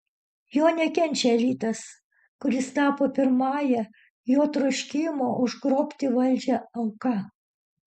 jo nekenčia elitas kuris tapo pirmąja jo troškimo užgrobti valdžią auka